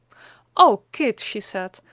o kit, she said,